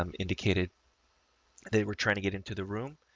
um indicated they were trying to get into the room.